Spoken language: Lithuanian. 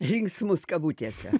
linksmos kabutėse